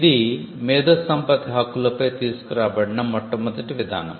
ఇది మేధో సంపత్తి హక్కులపై తీసుకు రాబడిన మొట్ట మొదటి విధానం